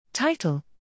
Title